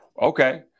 okay